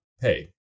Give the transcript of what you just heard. pay